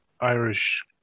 irish